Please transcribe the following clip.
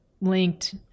linked